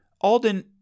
Alden